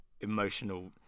emotional